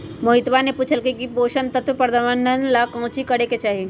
मोहितवा ने पूछल कई की पोषण तत्व प्रबंधन ला काउची करे के चाहि?